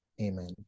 Amen